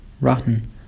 rotten